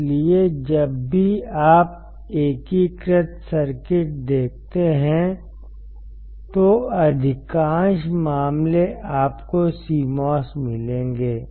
इसलिए जब भी आप एकीकृत सर्किट देखते हैं तो अधिकांश मामले आपको CMOS मिलेंगे